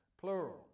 plural